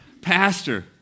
Pastor